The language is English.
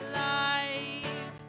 life